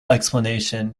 explanation